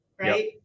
Right